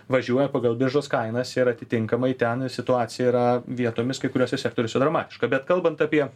važiuoja pagal biržos kainas ir atitinkamai ten situacija yra vietomis kai kuriuose sektoriuose dramatiška bet kalbant apie